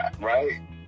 right